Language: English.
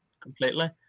Completely